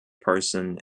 person